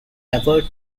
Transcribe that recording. ever